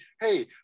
hey